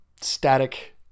static